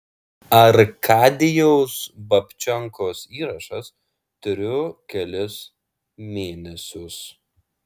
arkadijaus babčenkos įrašas turiu kelis mėnesius